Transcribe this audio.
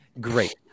great